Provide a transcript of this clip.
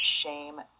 shame